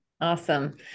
Awesome